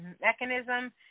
mechanism